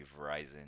verizon